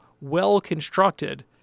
well-constructed